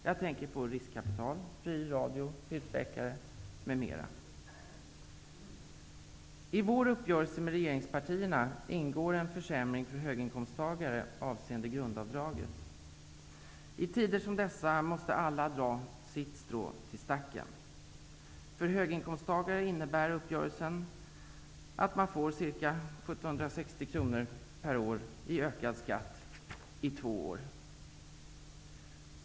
Jag tänker på riskkapital, fri radio, husläkare, m.m. I vår uppgörelse med regeringspartierna ingår en försämring för höginkomsttagare avseende grundavdraget. I tider som dessa måste alla dra sitt strå till stacken. För höginkomsttagare innebär uppgörelsen att de får ca 1 760 kr per år i ökad skatt i två år.